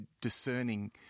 discerning